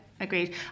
Agreed